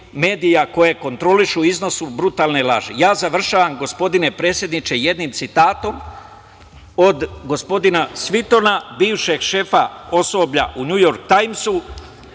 koje kontrolišu, iznose brutalne laži. Završavam, gospodine predsedniče, jednim citatom od gospodina Svitona, bivšeg šefa osoblja u „Njujork Tajmsu“,